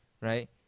Right